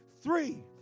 three